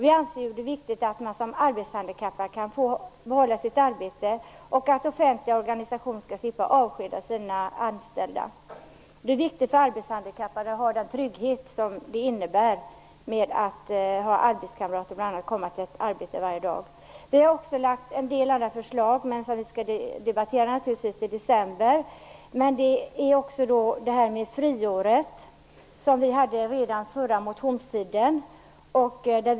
Vi anser det viktigt att man som arbetshandikappad kan behålla sitt arbete och att offentliga organisationer skall slippa avskeda sina anställda. Den trygghet det innebär att ha arbetskamrater och komma till ett arbete varje dag är viktig för arbetshandikappade. Vi har också lagt fram en del andra förslag. Dem skall vi debattera i december. Vi motionerade redan förra motionstiden om ett friår.